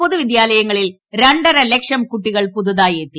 പൊതുവിദ്യാലയങ്ങളിൽ രണ്ടരലക്ഷം കുട്ടികൾ പുതുതായെത്തി